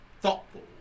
thoughtful